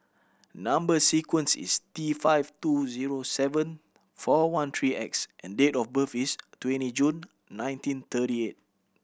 number sequence is T five two zero seven four one three X and date of birth is twenty June nineteen thirty eight